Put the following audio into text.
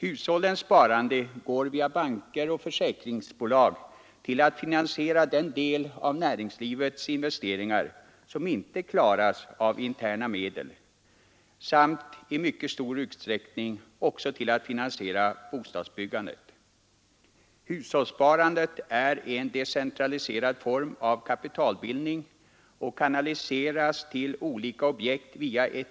Hushållens sparande går via banker och försäkringsbolag till att finansiera den del av näringslivets investeringar som inte klaras av interna medel samt i mycket stor utsträckning också till att finansiera bostadsbyggandet. Hushållssparandet är en decentraliserad form av kapitalbildning och kanaliseras till olika objekt via en